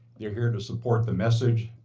they are here to support the message,